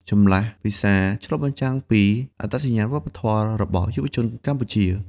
ចម្លាស់ភាសាឆ្លុះបញ្ចាំងពីអត្តសញ្ញាណវប្បធម៌របស់យុវជនកម្ពុជា។